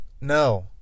No